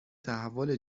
تحول